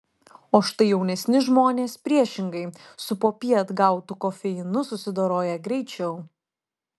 o štai jaunesni žmonės priešingai su popiet gautu kofeinu susidoroja greičiau